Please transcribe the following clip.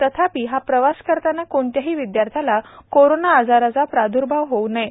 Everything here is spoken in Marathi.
तथापि हा प्रवास करताना कोणत्याही विदयार्थ्याला कोरोना आजाराचा प्रादुर्भाव होऊ नये